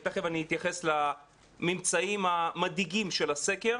ותיכף אני אתייחס לממצאים המדאיגים של הסקר,